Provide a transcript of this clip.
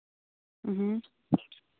إ ہۭں